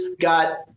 got